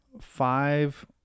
five